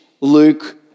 Luke